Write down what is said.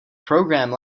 programme